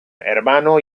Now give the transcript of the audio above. hermano